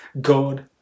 God